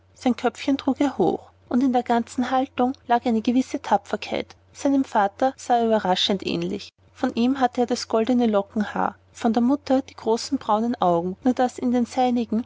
sein köpfchen trug er hoch und in der ganzen haltung lag eine gewisse tapferkeit seinem vater sah er überraschend ähnlich von ihm hatte er das goldne lockenhaar von der mutter die großen braunen augen nur daß in den seinigen